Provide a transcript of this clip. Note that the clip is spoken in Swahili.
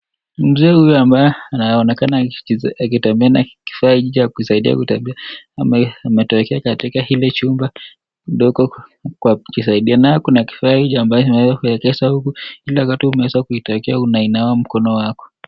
Mzee huyu ambaye anaonekana akitembea na kifaa hiki cha kusaidia kutembea, ametokea katika hili chumba kidogo kwa kusaidia naye kuna kifaaiki ambacho kinaweza kupelekesha huku ila wakati umeweza kuitokea unainawa mkono wako.